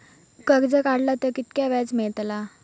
कर्ज काडला तर कीतक्या व्याज मेळतला?